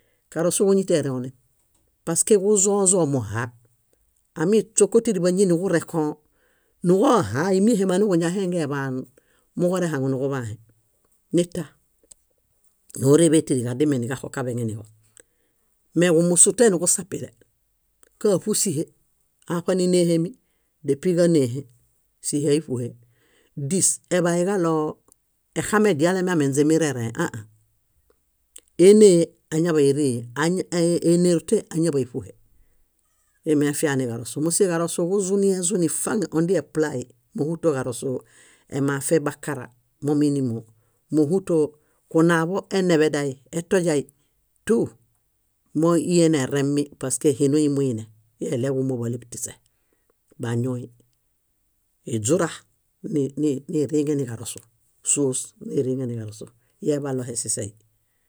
Karosu kuñiteroonen, paskeġuzõzõ muha. Amiśuoko tíri báñi niġurẽko niġuoha ímiehe maġuñahengeḃaan moġurehaŋuniġuḃãhe. Nita. Nóreḃe tíri ġadime niġaxuġaḃeŋeniġo. Meġumusute niġusapile. Káṗusihe, áṗaninehemi, dépiġanehe, síhe áiṗuhe. Dís eḃayuġaɭoo examediale miame źimirerẽhe ãã. Énehe añaḃaan nírihe, énerute añaḃaan níṗuhe. Emefia niġarosu. Mósie ġarosu ġuzuniezuni faŋ, ódii eplai. Móhuto ġarosu emafe bakara, momuini móo. Móhuto kunaḃo eneḃeday, etojay tú. Móo ineremi paske hinui muine, íi eɭeġumo báleṗ tiśe. Bañuohi, iźura ni- ni- niriŋe niġarosu, sóos niriŋe niġarosu, íi eḃalohe sisei.